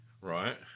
Right